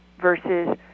versus